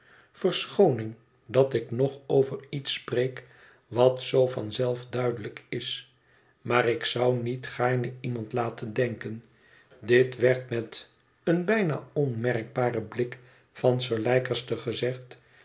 verschooning dat ik nog over iets spreek wat zoo van zelf duidelijk is maar ik zou niet gaarne iemand laten denken dit werd met een bijna onmerkbaren blik naar sir leicester gezegd